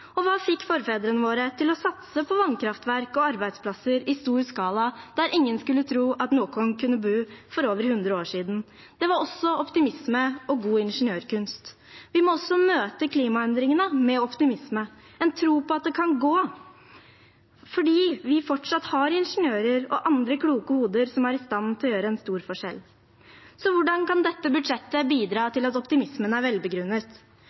Og hva fikk forfedrene våre til å satse på vannkraftverk og arbeidsplasser i stor skala «der ingen skulle tru at nokon kunne bu» for over 100 år siden? Det var også optimisme og god ingeniørkunst. Vi må også møte klimaendringene med optimisme, en tro på at det kan gå, fordi vi fortsatt har ingeniører og andre kloke hoder som er i stand til å gjøre en stor forskjell. Så hvordan kan dette budsjettet bidra til at optimismen er velbegrunnet?